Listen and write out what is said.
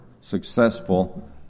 successful